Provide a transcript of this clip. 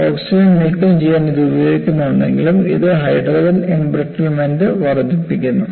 oxygen നീക്കംചെയ്യാൻ ഇത് ഉപയോഗിക്കുന്നുണ്ടെങ്കിലും ഇത് ഹൈഡ്രജൻ എംബ്രിറ്റ്മെന്റ് വർദ്ധിപ്പിക്കുന്നു